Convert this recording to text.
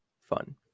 fun